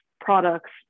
products